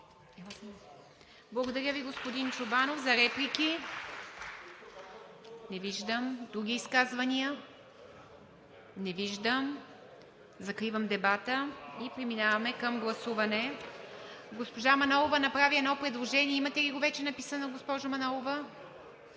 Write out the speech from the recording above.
Благодаря Ви, господин Чобанов. За реплики? Не виждам. Други изказвания? Не виждам. Закривам дебата и преминаваме към гласуване. Госпожа Манолова направи едно предложение. Имате ли го вече написано, госпожо Манолова?